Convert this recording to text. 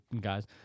guys